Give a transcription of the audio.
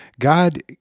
God